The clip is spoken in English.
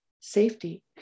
safety